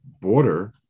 border